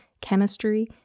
Chemistry